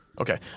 Okay